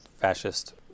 fascist